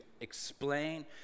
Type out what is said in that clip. explain